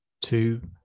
two